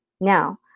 Now